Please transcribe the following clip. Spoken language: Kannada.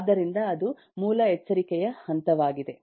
ಆದ್ದರಿಂದ ಅದು ಮೂಲ ಎಚ್ಚರಿಕೆಯ ಹಂತವಾಗಿದೆ